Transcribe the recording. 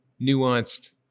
nuanced